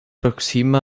proksima